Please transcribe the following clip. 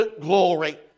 glory